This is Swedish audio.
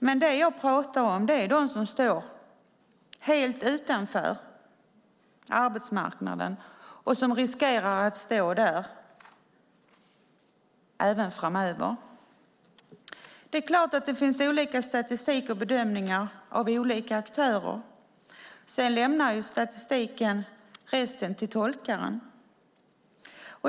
Men dem jag pratar om är de som står helt utanför arbetsmarknaden och som riskerar att stå där även framöver. Det är klart att det finns olika statistik och bedömningar av olika aktörer. Sedan lämnar statistiken resten till tolkaren.